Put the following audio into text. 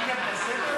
שיניתם את הסדר?